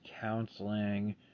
counseling